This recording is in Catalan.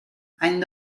any